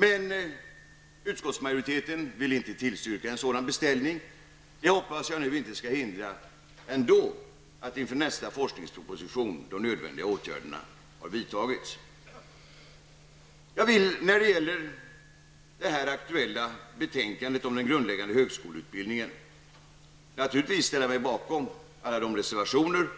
Men utskottsmajoriteten vill inte tillstyrka en sådan beställning. Jag hoppas ändå att det inte skall hindra att de nödvändiga åtgärderna kommer att ha vidtagits inför nästa forskningsproposition. När det gäller det aktuella betänkandet om den grundläggande högskoleutbildningen vill jag naturligtvis ställa mig bakom alla de reservationer